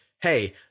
hey